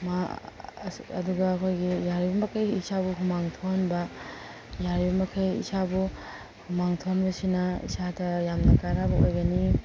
ꯑꯗꯨꯒ ꯑꯩꯈꯣꯏꯒꯤ ꯌꯥꯔꯤꯕꯃꯈꯩ ꯏꯁꯥꯕꯨ ꯍꯨꯃꯥꯡ ꯊꯣꯛꯍꯟꯕ ꯌꯥꯔꯤꯕ ꯃꯈꯩ ꯏꯁꯥꯕꯨ ꯍꯨꯃꯥꯡ ꯊꯣꯛꯍꯟꯕꯁꯤꯅ ꯏꯁꯥꯗ ꯌꯥꯝꯅ ꯀꯥꯟꯅꯕ ꯑꯣꯏꯒꯅꯤ